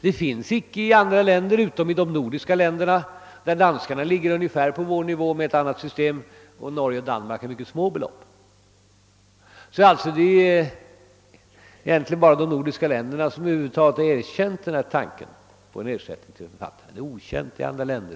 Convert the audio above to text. Det finns ingen motsvarighet någonstans utom i de nordiska länderna, där danskarna ligger ungefär på vår nivå men med ett annat system och där det i Norge är fråga om små belopp. Det är såvitt jag vet bara de nordiska länderna som ersätter författarna på detta sätt. I andra länder är den tanken okänd.